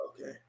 Okay